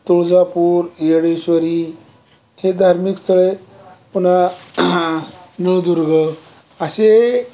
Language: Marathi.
तुळजापूर येडेश्वरी हे धार्मिक स्थळे पुन्हा नळदुर्ग असे